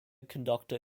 conductor